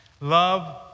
love